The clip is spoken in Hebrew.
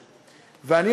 בצפון.